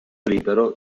libero